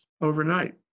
overnight